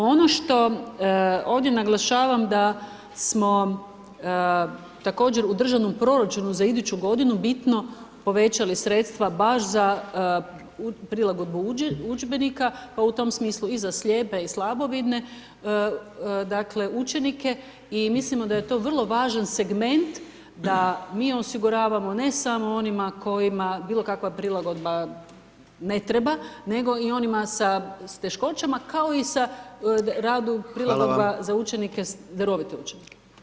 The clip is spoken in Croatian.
Ono što ovdje naglašavam da smo također u državnom proračunu za iduću godinu bitno povećali sredstva baš za prilagodbu udžbenika pa u tom smislu i za slijepe i slabovidne učenike i mislimo da je to vrlo važan segment da mi osiguravamo ne samo onima kojima bilokakva prilagodba ne treba nego i onima sa teškoćama kao i radu prilagodba sa učenike, darovite učenike.